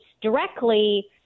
directly